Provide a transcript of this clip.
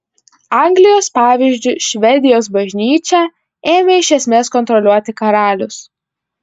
anglijos pavyzdžiu švedijos bažnyčią ėmė iš esmės kontroliuoti karalius